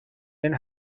این